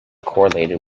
correlated